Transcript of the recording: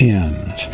end